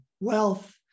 wealth